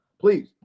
please